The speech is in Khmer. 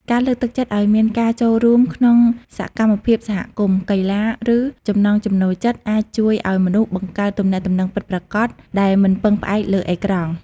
ការលើកទឹកចិត្តឱ្យមានការចូលរួមក្នុងសកម្មភាពសហគមន៍ កីឡា ឬចំណង់ចំណូលចិត្តអាចជួយឱ្យមនុស្សបង្កើតទំនាក់ទំនងពិតប្រាកដដែលមិនពឹងផ្អែកលើអេក្រង់។